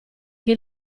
che